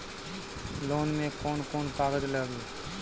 Loan में कौन कौन कागज लागी?